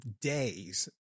day's